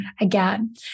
again